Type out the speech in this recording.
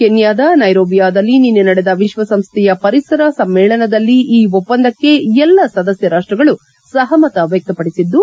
ಕೆನ್ಯಾದ ನೈರೋಬಿಯಾದಲ್ಲಿ ನಿನ್ನೆ ನಡೆದ ವಿಶ್ವಸಂಸ್ಥೆಯ ಪರಿಸರ ಸಮ್ಮೇಳನದಲ್ಲಿ ಈ ಒಪ್ಪಂದಕ್ಕೆ ಎಲ್ಲ ಸದಸ್ಯ ರಾಷ್ಟಗಳು ಸಪಮತ ವ್ಯಕ್ತಪಡಿಸಿದ್ದು